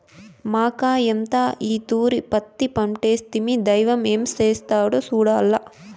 మాకయ్యంతా ఈ తూరి పత్తి పంటేస్తిమి, దైవం ఏం చేస్తాడో సూడాల్ల